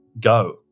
Go